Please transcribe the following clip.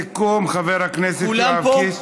סיכום, חבר הכנסת יואב קיש.